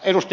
asellilta